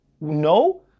No